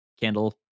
candle